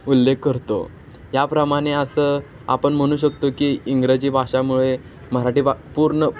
उल्लेख करतो याप्रमाणे असं आपण म्हणू शकतो की इंग्रजी भाषामुळे मराठी भा पूर्ण